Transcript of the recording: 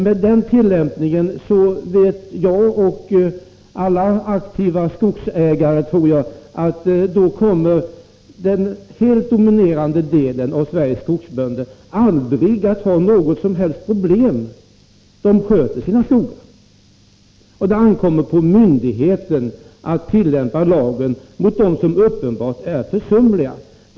Med en sådan tillämpning kommer den helt dominerande delen av Sveriges skogsbönder aldrig att ha något som helst problem — det vet jag och jag tror alla aktiva skogsägare. De allra flesta sköter nämligen sina skogar. Det ankommer på myndigheten att tillämpa lagen mot dem som uppenbart är försumliga.